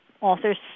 authors